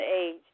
age